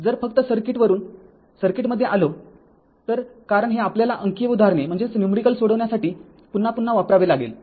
जर फक्त सर्किट वरून सर्किटमध्ये आलो तर कारण हे आपल्याला अंकीय उदाहरणे सोडवण्यासाठी पुन्हा पुन्हा वापरावे लागेल